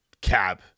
Cab